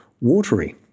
watery